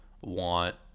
want